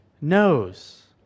knows